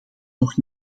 nog